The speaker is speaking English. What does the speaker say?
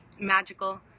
magical